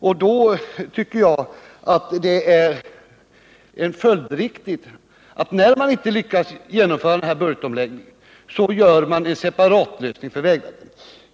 Det är följdriktigt, tycker jag, att man — när man inte lyckas genomföra den här budgetomläggningen — gör en separatlösning för vägverket.